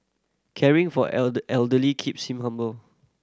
caring for elder elderly keeps in humble